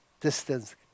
distance